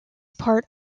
part